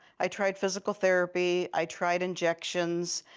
i tried physical therapy, i tried injections.